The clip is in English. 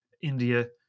India